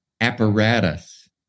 apparatus